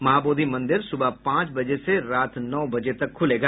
महा बोधि मंदिर सुबह पांच बजे से रात नौ बजे तक खुलेगा